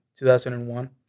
2001